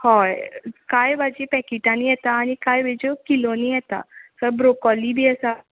हय कांय भाजी पॅकेटांनी येता आनी कांय भिजू किलोनी येता स ब्रोकॉली बी आसा